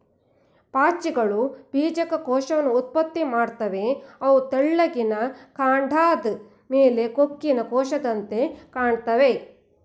ಪಾಚಿಗಳು ಬೀಜಕ ಕೋಶವನ್ನ ಉತ್ಪತ್ತಿ ಮಾಡ್ತವೆ ಅವು ತೆಳ್ಳಿಗಿನ ಕಾಂಡದ್ ಮೇಲೆ ಕೊಕ್ಕಿನ ಕೋಶದಂತೆ ಕಾಣ್ತಾವೆ